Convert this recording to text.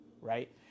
right